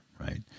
right